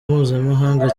mpuzamahanga